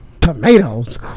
Tomatoes